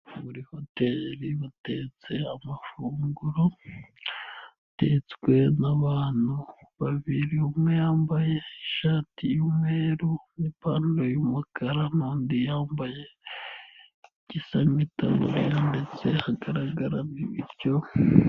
Muri hoteri batetse amafunguro atetswe n'abantu babiri, umwe yambaye ishati y'umweru n'ipantaro y'umukara, n'undi yambaye igisa n'itaburiya ndetse hagaragara n'ibiryo.